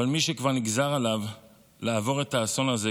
אבל מי שכבר נגזר עליו לעבור את האסון הזה,